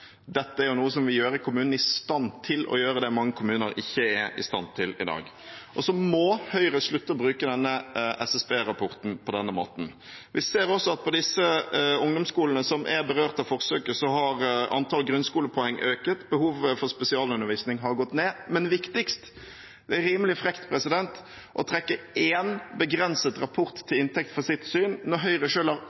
Dette er jo noe som vil gjøre kommunene i stand til å gjøre det mange kommuner ikke er i stand til i dag. Høyre må slutte å bruke den SSB-rapporten på denne måten. Vi ser også at på de ungdomsskolene som er berørt av forsøket, har antallet grunnskolepoeng økt, og behovet for spesialundervisning har gått ned. Men viktigst: Det er rimelig frekt å trekke én begrenset rapport til inntekt for sitt syn når Høyre selv har